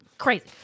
crazy